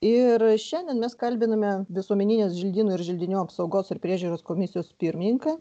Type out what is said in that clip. ir šiandien mes kalbiname visuomeninės želdynų ir želdinių apsaugos ir priežiūros komisijos pirmininką